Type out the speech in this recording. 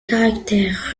caractère